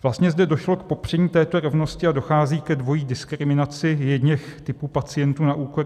Vlastně zde došlo k popření této rovnosti a dochází ke dvojí diskriminaci jedněch typů pacientů na úkor druhých.